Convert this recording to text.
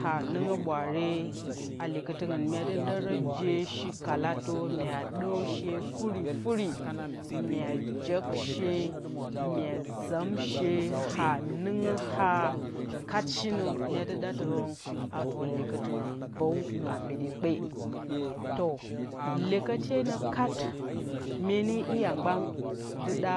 Hanɨngǝ ɓwaare a likɨtɨngin myedɨ ɗǝrǝ jee shikalatǝ mye dǝr shee furifuri my jok shee furifuri myezɨmshee hanɨngǝ ha kat shinǝmyedɨ ɗatɨrǝn avǝr likɨtɨ bǝw ambiɗi kpe tǝ lyekǝtenǝ kat mene iya mba ɗatǝ ɗa